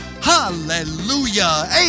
Hallelujah